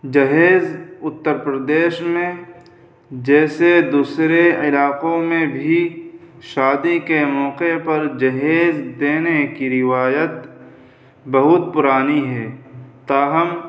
جہیز اتر پردیش میں جیسے دوسرے علاقوں میں بھی شادی کے موقع پر جہیز دینے کی روایت بہت پرانی ہے تاہم